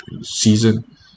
season